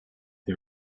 the